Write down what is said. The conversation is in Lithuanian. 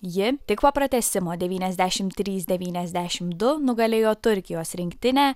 ji tik po pratęsimo devyniasdešimt trys devyniasdešimt du nugalėjo turkijos rinktinę